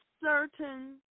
certain